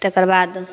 तेकरबाद